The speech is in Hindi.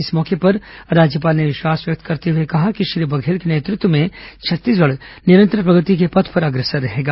इस मौके पर राज्यपाल ने विश्वास व्यक्त करते हुए कहा कि श्री बघेल के नेतृत्व में छत्तीसगढ़ निरंतर प्रगति के पथ पर अग्रसर रहेगा